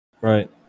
Right